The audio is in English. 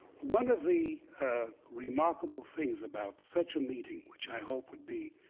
one of the remarkable things about such a meeting, which i hope would be